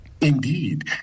Indeed